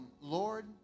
Lord